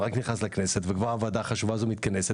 רק נכנסת לכנסת וכבר הוועדה החשובה הזאת מתכנסת.